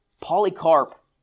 Polycarp